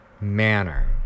manner